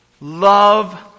Love